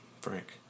Frank